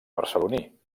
barceloní